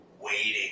waiting